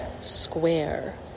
Square